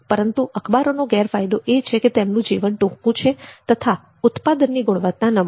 પરંતુ અખબારોનો ગેરફાયદો એ છે કે તેમનું જીવન ટૂંકું છે તથા ઉત્પાદનની ગુણવત્તા નબળી